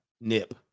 nip